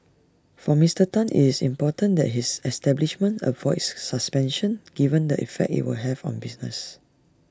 for Mister Tan IT is important that his establishment avoids suspensions given the effect IT will have on business